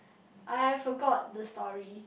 I forgot the story